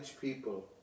people